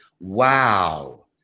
wow